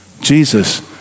Jesus